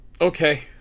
Okay